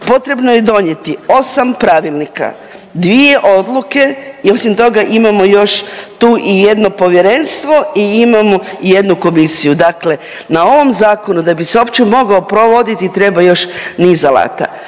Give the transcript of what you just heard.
potrebno je donijeti 8 pravilnika, 2 odluke i osim toga imamo još tu i jedno povjerenstvo i imamo jednu komisiju. Dakle, na ovom Zakonu da bi se uopće mogao provoditi treba još niz alata.